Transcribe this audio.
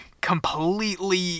completely